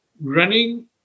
running